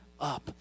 up